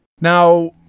Now